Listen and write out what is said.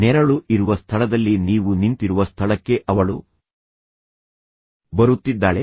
ನೆರಳು ಇರುವ ಸ್ಥಳದಲ್ಲಿ ನೀವು ನಿಂತಿರುವ ಸ್ಥಳಕ್ಕೆ ಅವಳು ಬರುತ್ತಿದ್ದಾಳೆ